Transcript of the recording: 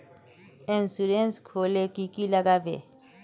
Insurance खोले की की लगाबे?